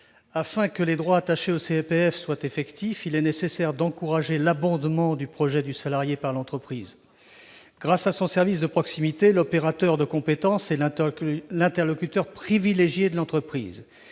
Afin que les droits attachés à ce compte soient effectifs, il est nécessaire d'encourager l'abondement du projet du salarié par l'entreprise. Grâce à son service de proximité, l'opérateur de compétences est l'interlocuteur privilégié de l'entreprise.